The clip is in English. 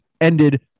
ended